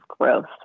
gross